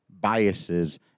biases